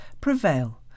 prevail